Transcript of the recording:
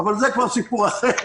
אבל זה כבר סיפור אחר.